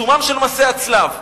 בעיצומם של מסעי הצלב,